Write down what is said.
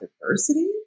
diversity